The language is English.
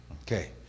Okay